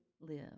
live